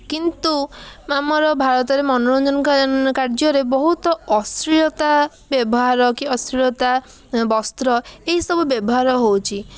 କିନ୍ତୁ ଆମର ଭାରତରେ ମନୋରଞ୍ଜନ କାର୍ଯ୍ୟରେ ବହୁତ ଅଶ୍ଳୀଳତା ବ୍ୟବାହର କି ଅଶ୍ଳୀଳତା ବସ୍ତ୍ର ଏହିସବୁ ବ୍ୟବହାର ହେଉଛି